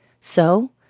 So